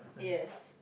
yes